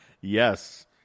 yes